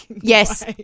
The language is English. Yes